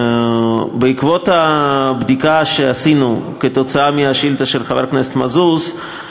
בעקבות הבדיקה שעשינו בגלל השאילתה של חבר הכנסת מזוז,